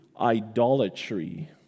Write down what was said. idolatry